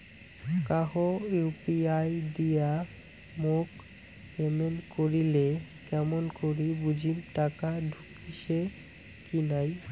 কাহো ইউ.পি.আই দিয়া মোক পেমেন্ট করিলে কেমন করি বুঝিম টাকা ঢুকিসে কি নাই?